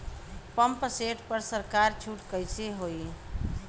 Pump set पर सरकार छूट कईसे होई?